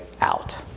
out